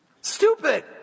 stupid